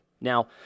Now